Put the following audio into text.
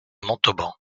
montauban